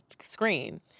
screen